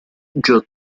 joe